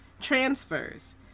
transfers